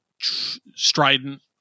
strident